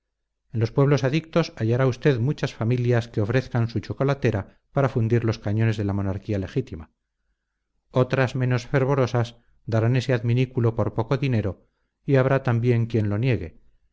en los pueblos adictos hallará usted muchas familias que ofrezcan su chocolatera para fundir los cañones de la monarquía legítima otras menos fervorosas darán ese adminículo por poco dinero y habrá también quien lo niegue